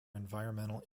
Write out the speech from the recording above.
environmental